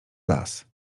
las